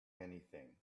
anything